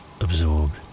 absorbed